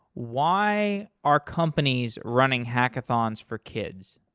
why are companies running hackathons for kids?